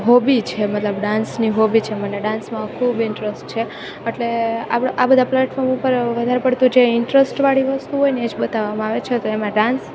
hobby છે મતલબ ડાન્સની હોબી છે મને ડાન્સમાં ખૂબ ઈંટરેસ્ટ છે અટલે આપણે આ બધા પ્લેટફોર્મ ઊપર વધારે પડતું જે ઈંટરેસ્ટ વાળી વસ્તુ હોયને એજ બતાવવામાં આવે છે તો એમાં ડાન્સ